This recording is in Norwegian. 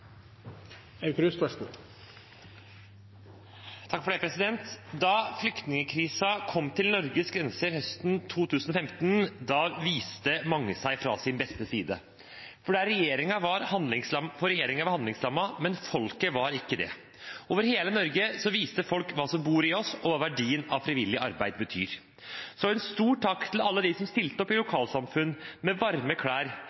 Da flyktningkrisen kom til Norges grenser høsten 2015, viste mange seg fra sin beste side, for regjeringen var handlingslammet, men folket var ikke det. Over hele Norge viste folk hva som bor i oss, og hva verdien av frivillig arbeid er. Så en stor takk til alle dem som stilte opp i lokalsamfunn med varme klær,